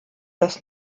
das